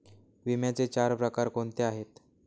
विम्याचे चार प्रकार कोणते आहेत?